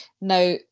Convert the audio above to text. Now